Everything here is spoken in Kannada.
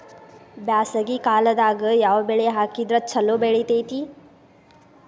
ಬ್ಯಾಸಗಿ ಕಾಲದಾಗ ಯಾವ ಬೆಳಿ ಹಾಕಿದ್ರ ಛಲೋ ಬೆಳಿತೇತಿ?